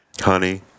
honey